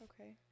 Okay